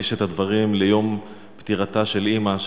נקדיש את הדברים ליום פטירתה של אמא,